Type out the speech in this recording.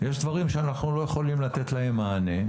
יש דברים שאנחנו לא יכולים לתת להם מענה.